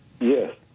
Yes